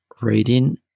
reading